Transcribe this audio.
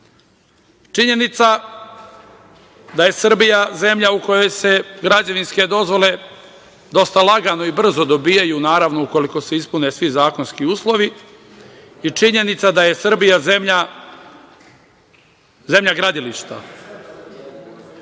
narod. Činjenica da je Srbija zemlja u kojoj se građevinske dozvole dosta lagano i brzo dobijaju, naravno, ukoliko se ispune svi zakonski uslovi i činjenica da je Srbija zemlja gradilišta.